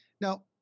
Now